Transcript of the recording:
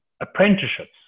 apprenticeships